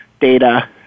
data